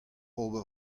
ober